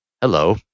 hello